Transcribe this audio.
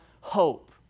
hope